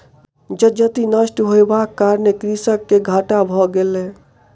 जजति नष्ट होयबाक कारणेँ कृषक के घाटा भ गेलै